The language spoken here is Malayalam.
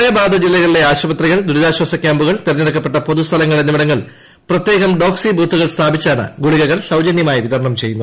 പ്രളയബാധിത ജില്ലകളിലെ ആശുപത്രികൾ ദുരിതാശ്ചാസ ക്യാമ്പുകൾ തിരഞ്ഞെടുക്കപ്പെട്ട പൊതുസ്ഥലങ്ങൾ എന്നിവിടങ്ങളിൽ പ്രത്യേകം ഡോക്സി ബൂത്തുകൾ സ്ഥാപിച്ചാണ് ഗുളികകൾ സൌജന്യമായി വിതരണം ചെയ്യുന്നത്